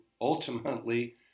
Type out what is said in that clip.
ultimately